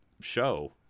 show